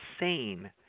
insane